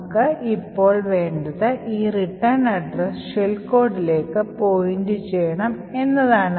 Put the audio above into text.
നമുക്ക് ഇപ്പോൾ വേണ്ടത് ഈ മടക്ക വിലാസം ഷെൽ കോഡിലേക്ക് പോയിന്റു ചെയ്യണം എന്നതാണ്